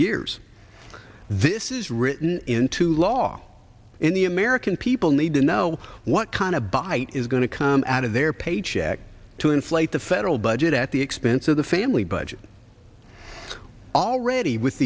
years this is written into all in the american people need to know what kind of bite is going to come out of their paycheck to inflate the federal budget at the expense of the family budget already with